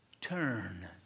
Turn